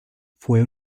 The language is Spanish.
fue